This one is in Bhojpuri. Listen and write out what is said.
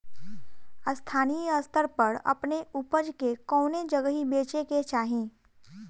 स्थानीय स्तर पर अपने ऊपज के कवने जगही बेचे के चाही?